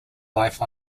life